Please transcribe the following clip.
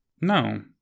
No